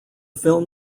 film